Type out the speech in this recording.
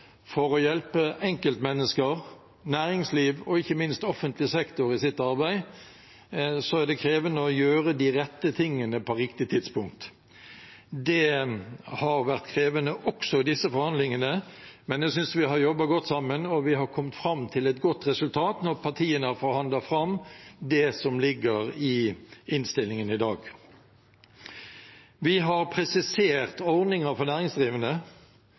for å hjelpe enkeltmennesker, næringsliv og ikke minst offentlig sektor i deres arbeid, er det krevende å gjøre de rette tingene på riktig tidspunkt. Det har vært krevende også i disse forhandlingene. Men jeg synes vi har jobbet godt sammen, og vi har kommet fram til et godt resultat når partiene har forhandlet fram det som ligger i innstillingene i dag. Vi har presisert ordninger for næringsdrivende,